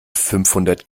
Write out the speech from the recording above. fünfhundert